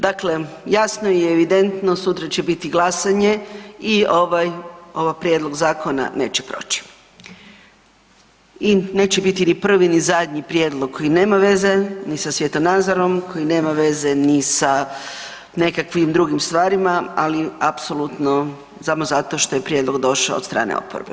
Dakle, jasno je i evidentno sutra će biti glasanja i ovaj prijedlog zakona neće proći i neće biti ni prvi ni zadnji prijedlog koji nema veze ni sa svjetonazorom, koji nema veze ni sa nekakvim drugim stvarima, ali apsolutno samo zato što je prijedlog došao od strane oporbe.